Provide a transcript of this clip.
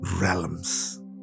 realms